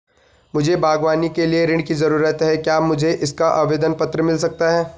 मुझे बागवानी के लिए ऋण की ज़रूरत है क्या मुझे इसका आवेदन पत्र मिल सकता है?